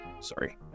Sorry